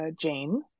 Jane